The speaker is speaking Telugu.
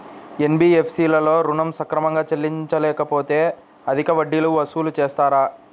ఎన్.బీ.ఎఫ్.సి లలో ఋణం సక్రమంగా చెల్లించలేకపోతె అధిక వడ్డీలు వసూలు చేస్తారా?